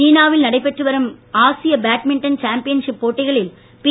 சீனாவில் நடைபெற்று வரும் ஆசிய பேட்மிண்டன் சாம்பியன்ஷிப் போட்டிகளில் பி